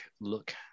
look